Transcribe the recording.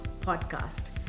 podcast